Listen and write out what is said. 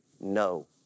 no